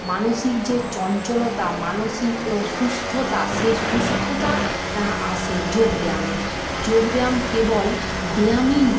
মানসিক যে চঞ্চলতা মানসিক সুস্থতা সেই সুস্থতা আসে যোগ ব্যায়ামে যোগ ব্যায়াম কেবল ব্যায়ামিন